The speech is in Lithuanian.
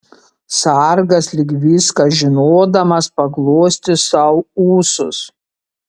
sargas lyg viską žinodamas paglostė sau ūsus